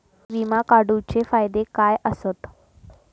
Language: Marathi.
विमा काढूचे फायदे काय आसत?